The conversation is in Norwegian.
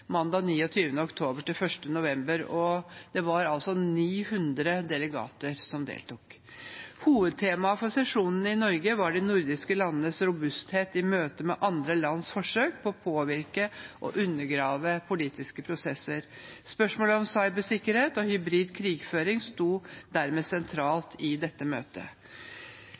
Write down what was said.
november. Det var 900 delegater som deltok. Hovedtemaet for sesjonen i Norge var de nordiske landenes robusthet i møte med andre lands forsøk på å påvirke og undergrave politiske prosesser. Spørsmålet om cybersikkerhet og hybrid krigføring sto dermed sentralt i dette møtet.